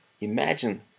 Imagine